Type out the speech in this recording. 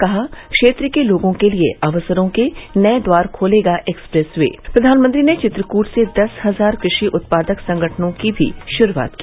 कहा क्षेत्र के लोगों के लिए अवसरों के नए द्वार खोलेगा एक्सप्रेस वे प्रधानमंत्री ने चित्रकूट से दस हजार कृषि उत्पादक संगठनों की भी शुरूआत की